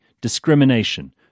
discrimination